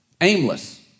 aimless